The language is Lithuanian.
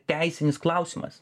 teisinis klausimas